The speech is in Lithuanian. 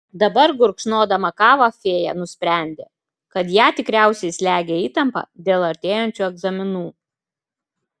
dabar gurkšnodama kavą fėja nusprendė kad ją tikriausiai slegia įtampa dėl artėjančių egzaminų